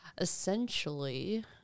essentially